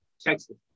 Texas